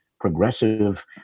progressive